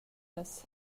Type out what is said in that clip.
dess